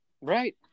right